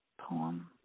poem